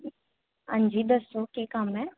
हां जी दस्सो केह् कम्म ऐ